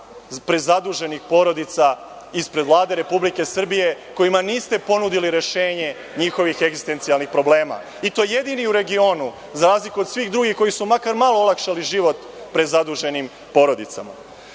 prezaduženih porodica ispred Vlade Republike Srbije kojima niste ponudili rešenje njihovih egzistencijalnih problema i to jedini u regionu za razliku od svih drugih koji su makar malo olakšali život prezaduženim porodicama. Ne